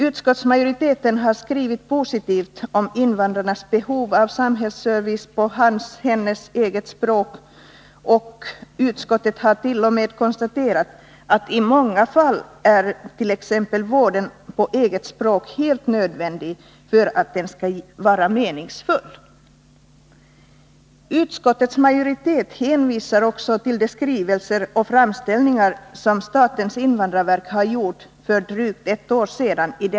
Utskottsmajoriteten har skrivit positivt om invandrarnas behov av samhällsservice på deras eget språk, och utskottet hart.o.m. konstaterat att i många fall, t.ex. inom vården, är det helt nödvändigt för invandraren att det egna språket talas för att vården skall vara meningsfull. Utskottets majoritet hänvisar också till de skrivelser och framställningar i denna fråga som statens invandrarverk har gjort för drygt ett år sedan.